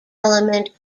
element